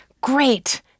great